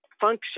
function